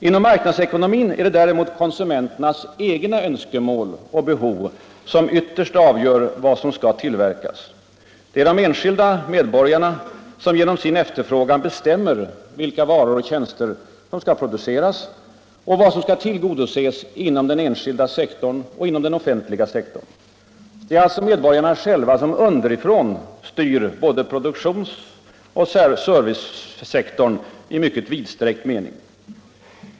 Inom marknadsekonomin är det däremot konsumenternas egna önskemål och behov som ytterst avgör vad som skall tillverkas. Det är de enskilda medborgarna som genom sin efterfrågan bestämmer vilka varor och tjänster som skall produceras, vad som skall tillgodoses inom den enskilda sektorn och inom den offentliga. Det är alltså medborgarna själva som underifrån styr både produktionsoch servicesektorn i vidsträckt mening.